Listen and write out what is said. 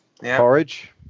Porridge